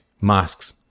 masks